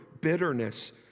bitterness